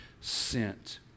sent